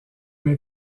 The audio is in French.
les